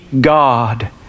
God